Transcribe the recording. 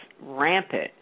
rampant